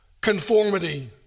conformity